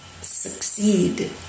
succeed